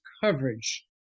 coverage